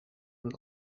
een